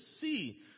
see